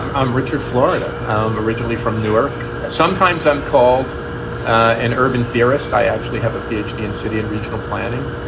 i'm i'm richard florida. i'm originally from newark. sometimes i'm called an urban theorist. i actually have a p h in city and regional planning.